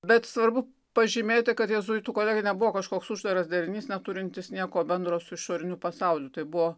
bet svarbu pažymėti kad jėzuitų kolega nebuvo kažkoks uždaras darinys neturintis nieko bendro su išoriniu pasauliu tai buvo